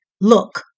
Look